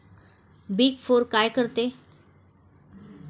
Big four काय करते?